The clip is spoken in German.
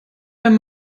wenn